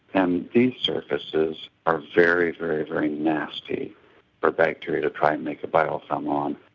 and these surfaces are very, very very nasty for bacteria to try and make a biofilm on.